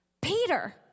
Peter